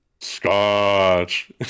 Scotch